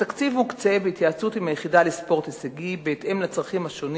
התקציב מוקצה בהתייעצות עם היחידה לספורט הישגי בהתאם לצרכים השונים